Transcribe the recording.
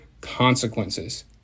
consequences